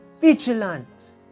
vigilant